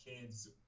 kids